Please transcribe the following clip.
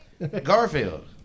Garfield